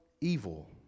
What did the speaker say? evil